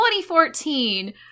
2014